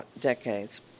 decades